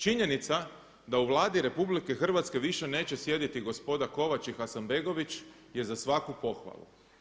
Činjenica da u Vladi RH više neće sjediti gospoda Kovač i Hasanbegović je za svaku pohvalu.